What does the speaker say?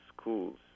schools